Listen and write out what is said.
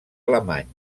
alemany